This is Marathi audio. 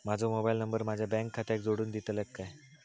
माजो मोबाईल नंबर माझ्या बँक खात्याक जोडून दितल्यात काय?